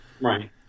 Right